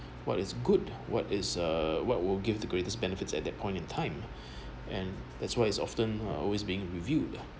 what is good what is uh what will give the greatest benefits at that point in time and that's why it's often uh always being reviewed